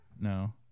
No